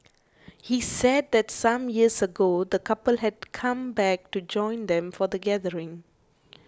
he said that some years ago the couple had come back to join them for the gathering